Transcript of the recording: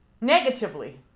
negatively